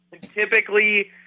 Typically